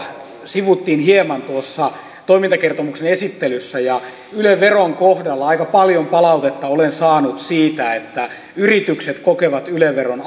sivuttiin hieman tuossa toimintakertomuksen esittelyssä ja yle veron kohdalla aika paljon palautetta olen saanut siitä että yritykset kokevat yle veron